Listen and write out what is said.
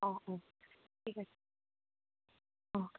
অ' অ' ঠিক আছে অ'